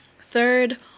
Third